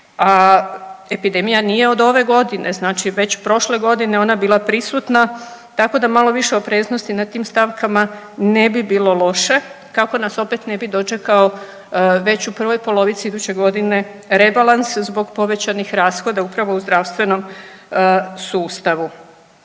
a epidemija nije od ove godine, znači već prošle godine je ona bila prisutna tako da malo više opreznosti na tim stavkama ne bi bilo loše kako nas opet ne bi dočekao već u prvoj polovici iduće godine rebalans zbog povećanih rashoda upravo u zdravstvenom sustavu.